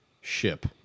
ship